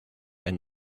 and